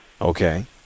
Okay